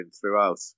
throughout